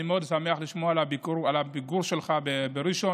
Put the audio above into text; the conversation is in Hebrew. אני מאוד שמח לשמוע על הביקור שלך בראשון,